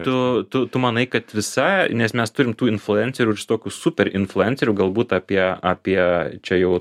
tu tu tu manai kad visa nes mes turim tų influencerių tokių super influencerių galbūt apie apie čia jau